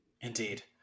Indeed